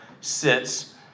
sits